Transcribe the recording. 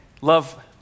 Love